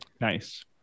Nice